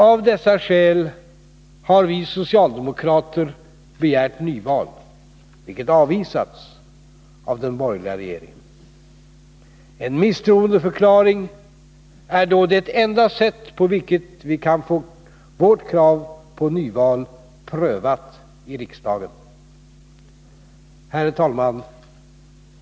Av dessa skäl har vi socialdemokrater begärt nyval, vilket avvisats av den borgerliga regeringen. En misstroendeförklaring är då det enda sätt på vilket vi kan få vårt krav på nyval prövat i riksdagen. Herr talman!